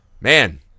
Man